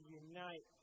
unite